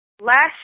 last